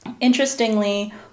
Interestingly